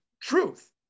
truth